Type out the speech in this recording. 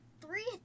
three